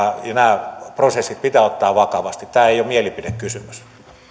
ja nämä prosessit pitää ottaa vakavasti tämä ei ole mielipidekysymys